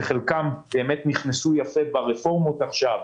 שחלקם באמת נכנסו יפה ברפורמות עכשיו,